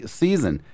season